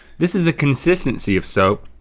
this is the consistency of soap.